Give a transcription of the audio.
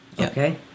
okay